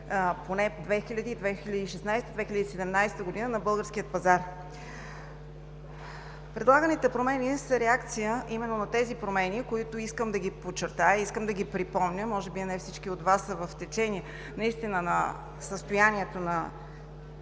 2000 – 2016 г., 2017 г. на българския пазар. Предлаганите промени са реакция именно на тези промени, които искам да подчертая, искам да припомня. Може би не всички от Вас са в течение на състоянието на